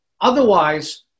Otherwise